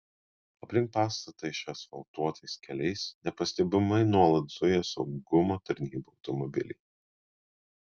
aplink pastatą išasfaltuotais keliais nepastebimai nuolat zuja saugumo tarnybų automobiliai